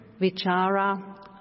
vichara